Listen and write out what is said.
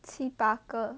七八个